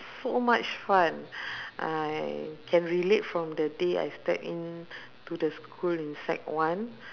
so much fun I can relate from the day I step in to the school in sec one